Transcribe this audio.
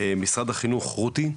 משרד החינוך, רותי,